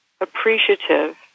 appreciative